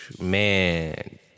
Man